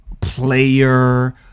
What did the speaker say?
player